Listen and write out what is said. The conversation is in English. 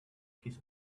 his